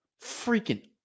Freaking